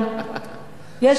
התופעה הזאת היא קשה ביותר.